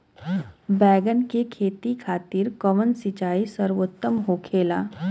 बैगन के खेती खातिर कवन सिचाई सर्वोतम होखेला?